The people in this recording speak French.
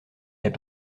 est